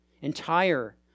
entire